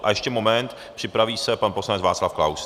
A ještě moment, připraví se pan poslanec Václav Klaus.